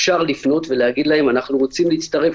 אפשר להגיד שרוצים להצטרף.